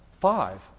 five